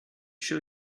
show